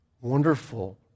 Wonderful